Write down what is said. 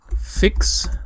Fix